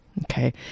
Okay